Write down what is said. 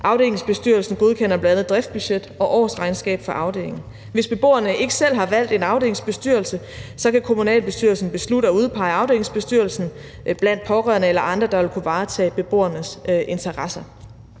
Afdelingsbestyrelsen godkender bl.a. driftsbudget og årsregnskab for afdelingen. Hvis beboerne ikke selv har valgt en afdelingsbestyrelse, kan kommunalbestyrelsen beslutte at udpege afdelingsbestyrelsen blandt pårørende eller andre, der vil kunne varetage beboernes interesser.